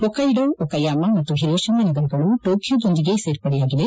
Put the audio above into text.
ಒಕೈಡೊ Okayama ಮತ್ತು Hiroshima ನಗರಗಳು ಟೋಕಿಯೊದೊಂದಿಗೆ ಸೇರ್ಪಡೆಯಾಗಿವೆ